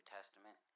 Testament